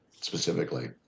specifically